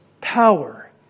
power